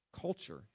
culture